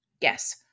Yes